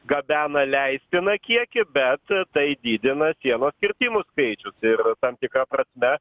gabena leistiną kiekį bet tai didina sienos kirtimų skaičių ir tam tikra prasme